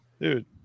Dude